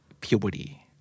Puberty